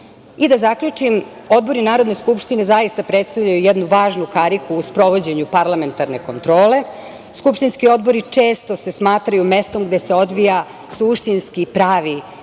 zaključim, odbori Narodne skupštine zaista predstavljaju jednu važnu kariku u sprovođenju parlamentarne kontrole. Skupštinski odbori često se smatraju mesto gde se odvija suštinski i pravi rad